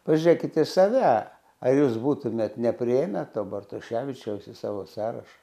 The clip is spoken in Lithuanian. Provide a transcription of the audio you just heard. pažiūrėkite į save ar jūs būtumėt nepriėmę to bortaševičiaus į savo sąrašą